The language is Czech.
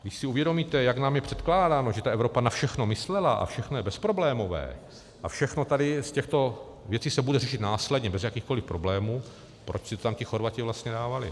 Když si uvědomíme, jak nám je předkládáno, že ta Evropa na všechno myslela a všechno je bezproblémové a všechno tady z těchto věcí se bude řešit následně bez jakýchkoli problémů, proč si to tam ti Chorvati vlastně dávali?